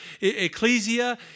ecclesia